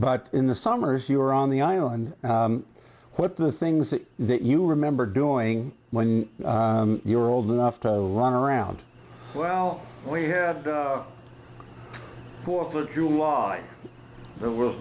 but in the summers you were on the island what the things that you remember doing when you're old enough to run around well we had fourth of july there w